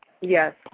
yes